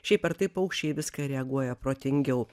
šiaip ar taip paukščiai į viską reaguoja protingiau